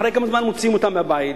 אחרי כמה זמן מוציאים אותם מהבית,